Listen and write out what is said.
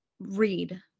read